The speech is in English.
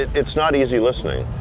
it's not easy listening.